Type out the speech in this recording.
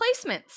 placements